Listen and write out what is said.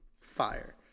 fire